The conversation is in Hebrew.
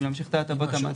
כדי להמשיך בהטבות המס.